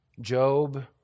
Job